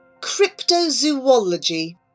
Cryptozoology